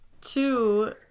two